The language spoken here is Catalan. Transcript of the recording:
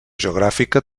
geogràfica